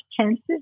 chances